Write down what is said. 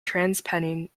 transpennine